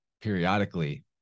periodically